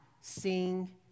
sing